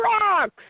rocks